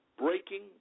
Breaking